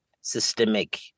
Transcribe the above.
systemic